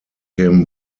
him